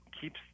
keeps